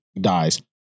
dies